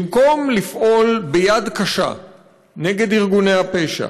במקום לפעול ביד קשה נגד ארגוני הפשע,